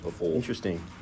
Interesting